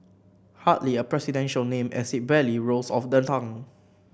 hardly a presidential name as it barely rolls off the tongue